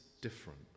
different